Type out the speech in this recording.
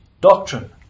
doctrine